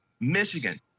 Michigan